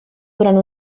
durant